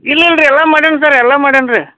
ಇಲ್ಲ ಇಲ್ಲ ರೀ ಎಲ್ಲ ಮಾಡೇನಿ ಸರ್ ಎಲ್ಲ ಮಾಡೇನಿ ರೀ